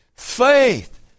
Faith